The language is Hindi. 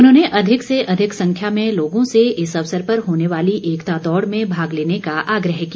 उन्होंने अधिक से अधिक संख्या में लोगों से इस अवसर पर होने वाली एकता दौड़ में भाग लेने का आग्रह किया